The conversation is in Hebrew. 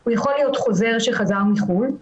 הוא יכול להיות חוזר שחזר מחוץ לארץ,